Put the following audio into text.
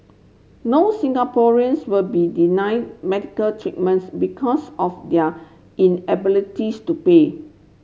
no Singaporeans will be denied medical treatments because of their inabilities to pay